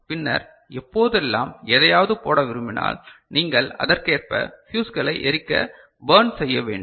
பின்னர் எப்போதெல்லாம் எதையாவது போட விரும்பினால் நீங்கள் அதற்கேற்ப ஃபியூஸ்களை எரிக்க பர்ன் செய்ய வேண்டும்